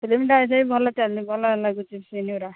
ଫିଲ୍ମଟା ଏଯାଇ ଭଲ ଚାଲିଛି ଭଲ ଲାଗୁଛି ସିନ୍ଗୁରା